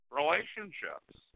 relationships